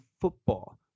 football